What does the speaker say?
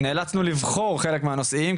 נאלצנו לבחור חלק מהנושאים,